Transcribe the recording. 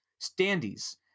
standees